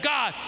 God